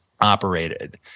operated